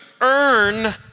earn